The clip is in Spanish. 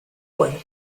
cuerpo